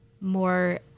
more